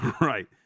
right